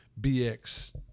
BX